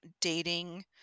dating